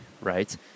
right